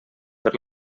per